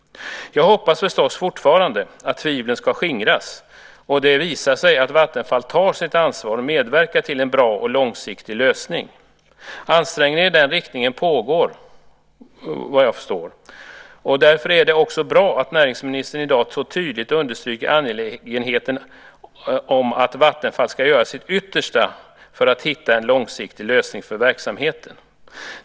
Jag hoppas förstås fortfarande att tvivlen ska skingras och att det ska visa sig att Vattenfall tar sitt ansvar och medverkar till en bra och långsiktig lösning. Såvitt jag förstår pågår det ansträngningar i den riktningen. Därför är det bra att näringsministern i dag så tydligt understryker angelägenheten om att Vattenfall ska göra sitt yttersta för att hitta en långsiktig lösning för verksamheten.